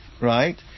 Right